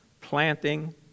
Planting